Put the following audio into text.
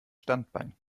standbein